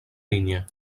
vinya